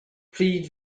pryd